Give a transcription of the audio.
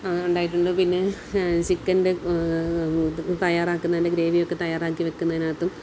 ഉണ്ടായിട്ടുണ്ട് പിന്നെ ചിക്കൻ്റെ തയ്യാറാക്കുന്നതിൻ്റെ ഗ്രേവിയൊക്കെ തയ്യാറാക്കി വയ്ക്കുന്നതിനകത്തും